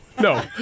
no